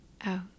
out